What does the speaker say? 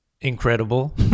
incredible